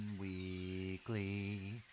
Weekly